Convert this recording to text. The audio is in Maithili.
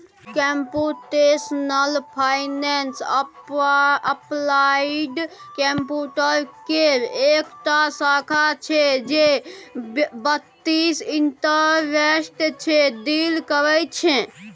कंप्युटेशनल फाइनेंस अप्लाइड कंप्यूटर केर एकटा शाखा छै जे बित्तीय इंटरेस्ट सँ डील करय छै